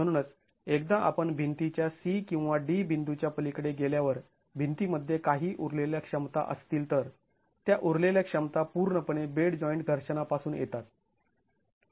म्हणूनच एकदा आपण भिंतीच्या c किंवा d बिंदूच्या पलीकडे गेल्यावर भिंतीमध्ये काही उरलेल्या क्षमता असतील तर त्या उरलेल्या क्षमता पूर्णपणे बेड जॉईंट घर्षणापासून येतात